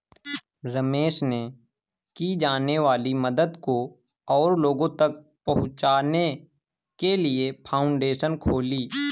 रमेश ने की जाने वाली मदद को और लोगो तक पहुचाने के लिए फाउंडेशन खोली